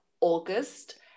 August